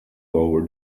over